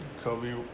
Kobe